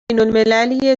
بینالمللی